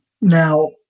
Now